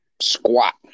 squat